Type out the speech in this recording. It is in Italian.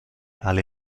alle